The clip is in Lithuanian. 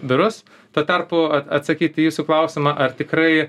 biurus tuo tarpu atsakyt į jūsų klausimą ar tikrai